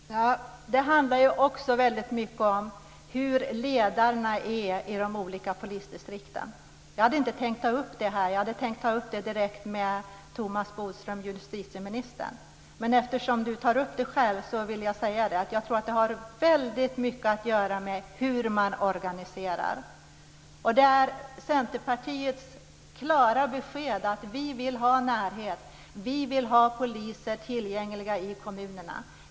Fru talman! Det handlar också väldigt mycket om hur ledarna är i de olika polisdistrikten. Jag hade inte tänkt ta upp det här, utan direkt med Thomas Åström tar upp det själv vill jag säga att jag tror att det har väldigt mycket att göra med hur man organiserar. Det är Centerpartiets klara besked att vi vill ha närhet, att vi vill ha poliser tillgängliga i kommunerna.